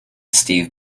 steve